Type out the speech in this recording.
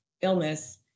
illness